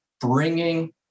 bringing